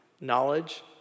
knowledge